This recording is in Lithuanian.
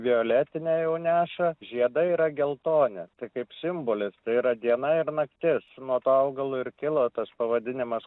violetinę jau neša žiedai yra geltoni tai kaip simbolis tai yra diena ir naktis nuo to augalo ir kilo tas pavadinimas